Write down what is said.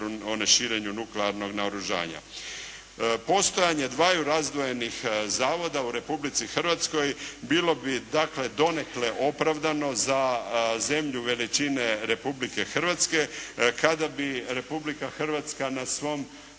neširenju nuklearnog naoružanja. Postojanje dvaju razdvojenih zavoda u Republici Hrvatskoj bilo bi dakle donekle opravdano za zemlju veličine Republike Hrvatske kada bi Republika Hrvatska na svom